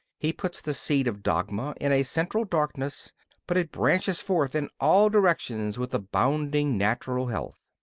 he puts the seed of dogma in a central darkness but it branches forth in all directions with abounding natural health.